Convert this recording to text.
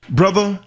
brother